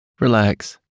relax